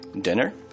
dinner